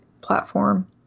platform